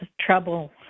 Trouble